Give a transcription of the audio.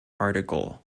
article